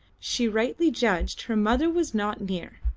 she rightly judged her mother was not near,